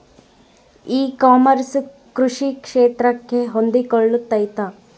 E commerce ಕೃಷಿ ಕ್ಷೇತ್ರಕ್ಕೆ ಹೊಂದಿಕೊಳ್ತೈತಾ?